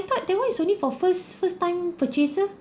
thought that one is only for first first time purchaser